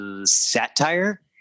satire